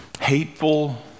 hateful